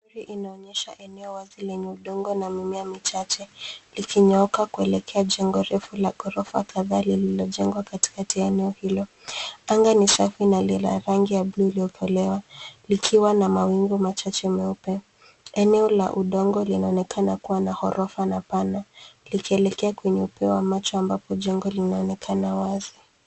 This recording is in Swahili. Hii inaonyesha eneo wazi lenye udongo na mimea michache likionyooka kwelekea jengo refu la gorofa kadhaa lililojengwa kati kati ya eneo hilo. Anga ni safi na lina rangi ya bluu liokoleawa likiwa na mawingu machachae meupe. Eneo la udongo linaonekana kuwa na horofa na pana likielekea kwanye upeo wa macho ambapo jengo linaonekana wazi.